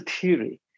theory